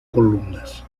columnas